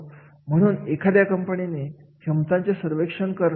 म्हणून एखाद्या कंपनीने क्षमतांची सर्वेक्षण करणे